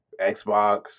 Xbox